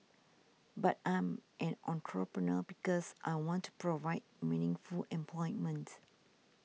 but I'm an entrepreneur because I want to provide meaningful employment